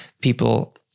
people